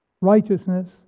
righteousness